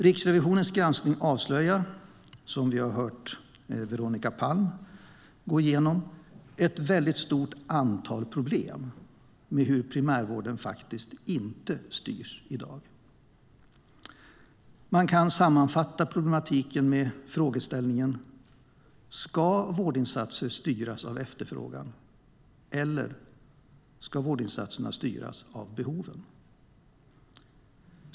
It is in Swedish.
Riksrevisionens granskning avslöjar - som vi har hört Veronica Palm gå igenom - ett stort antal problem med hur primärvården faktiskt inte styrs i dag. Man kan sammanfatta problematiken med frågeställningen: Ska vårdinsatser styras av efterfrågan eller av behov?